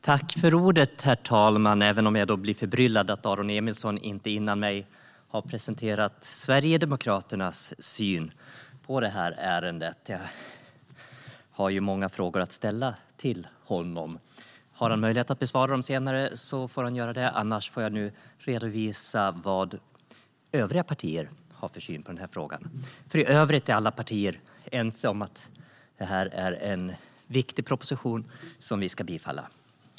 Herr talman! Jag blir förbryllad över att Aron Emilsson inte före mig har presenterat Sverigedemokraternas syn på detta ärende; jag har många frågor att ställa till honom. Har han möjlighet att besvara dem senare får han göra det. Annars får jag nu redovisa vad övriga partier har för syn på denna fråga. I övrigt är nämligen alla partier ense om att detta är en viktig proposition, som vi ska bifalla.